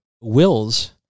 wills